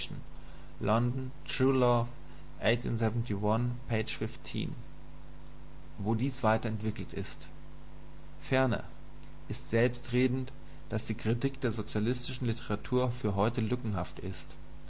wo dies weiter entwickelt ist ferner ist selbstredend daß die kritik der sozialistischen literatur für heute lückenhaft ist